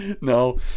No